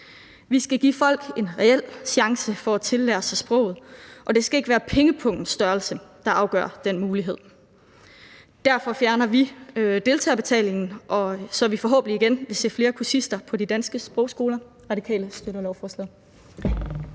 Vi skal give folk en reel chance for at tillære sig sproget, og det skal ikke være pengepungens størrelse, der afgør den mulighed. Derfor fjerner vi deltagerbetalingen, så vi forhåbentlig igen vil se flere kursister på de danske sprogskoler.